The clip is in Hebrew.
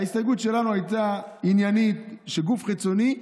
ההסתייגות שלנו הייתה עניינית: שגוף חיצוני,